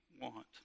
want